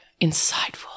insightful